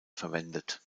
verwendet